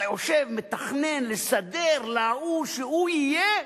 אתה יושב, מתכנן, לסדר, להוא, שהוא יהיה.